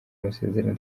amasezerano